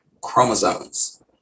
chromosomes